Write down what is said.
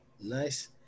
Nice